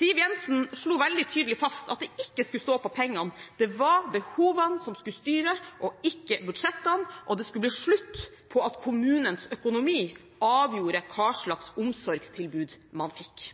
Siv Jensen slo veldig tydelig fast at det ikke skulle stå på pengene. Det var behovene som skulle styre, og ikke budsjettene, og det skulle bli slutt på at kommunens økonomi avgjorde hva slags omsorgstilbud man fikk.